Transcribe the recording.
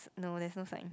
no there's no sign